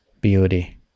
beauty